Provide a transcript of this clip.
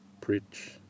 preach